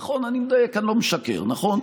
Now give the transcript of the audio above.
נכון?